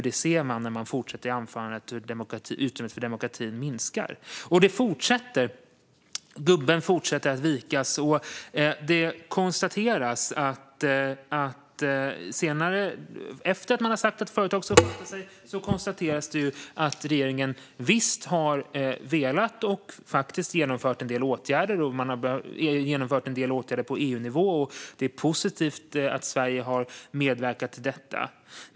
Det hör man när det sägs i interpellationssvaret att utrymmet för demokrati minskar. Gubben fortsätter att vikas. Efter att man har sagt att företag ska sköta sig konstateras det att regeringen visst har velat genomföra åtgärder och också faktiskt gjort det. Det har genomförts en del åtgärder på EU-nivå, och det är positivt att Sverige har medverkat till detta.